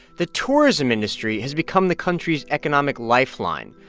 the tourism industry has become the country's economic lifeline,